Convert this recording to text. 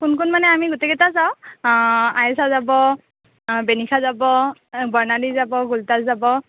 কোন কোন মানে আমি গোটেইকেইটা যাওঁ আইচা যাব বেনিষা যাব বৰ্ণালী যাব গোলতাজ যাব